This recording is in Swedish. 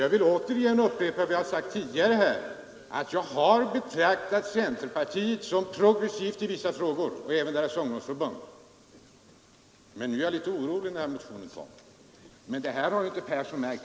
Jag vill återigen upprepa att jag har betraktat centerpartiet och även dess ungdomsförbund som progressivt i vissa frågor men att jag blev litet orolig på den punkten när denna motion kom. Men detta har herr Persson inte alls märkt.